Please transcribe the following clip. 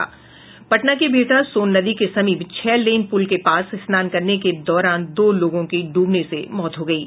पटना के बिहटा सोन नदी के समीप छह लेन पुल के पास स्नान करने के दौरान दो लोगों की डूबने से मौत हो गयी